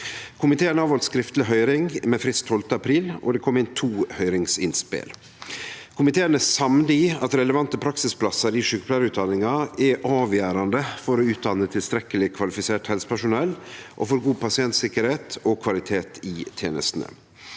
Komiteen heldt skriftleg høyring med frist 12. april, og det kom inn to høyringsinnspel. Komiteen er samd i at relevante praksisplassar i sjukepleiarutdanninga er avgjerande for å utdanne tilstrekkeleg kvalifisert helsepersonell og for god pasientsikkerheit og kvalitet i tenestene.